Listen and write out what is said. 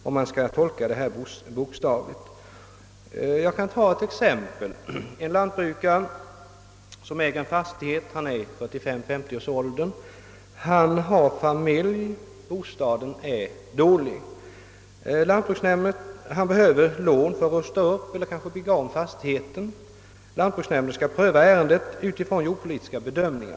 Jag vill ta ett exempel. En lantbrukare i 45—50-årsåldern med familj äger en jordbruksfastighet. Bostaden är dålig, och han behöver lån för att rusta upp eller kanske bygga om den. Lantbruksnämnden skall pröva ärendet utifrån jordpolitiska bedömningar.